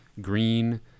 green